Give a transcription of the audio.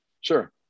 sure